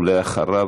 ואחריו,